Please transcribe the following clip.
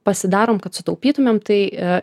pasidarom kad sutaupytumėm tai